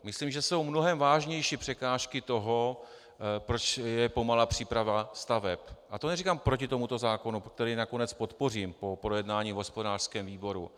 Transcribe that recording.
Myslím, že jsou mnohem vážnější překážky toho, proč je pomalá příprava staveb, a to neříkám proti tomuto zákonu, který nakonec podpořím po projednání v hospodářském výboru.